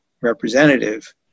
representative